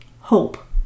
hope